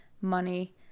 money